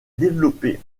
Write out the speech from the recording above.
développées